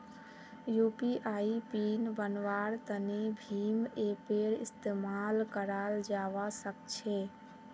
UPI pin बन्वार तने भीम ऐपेर इस्तेमाल कराल जावा सक्छे